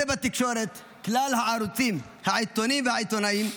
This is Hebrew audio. אתם בתקשורת, כלל הערוצים, העיתונים והעיתונאים,